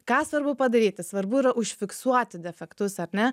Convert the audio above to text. ką svarbu padaryti svarbu yra užfiksuoti defektus ar ne